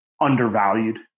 undervalued